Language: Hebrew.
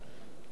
חלולות,